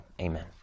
Amen